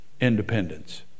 independence